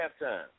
halftime